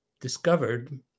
discovered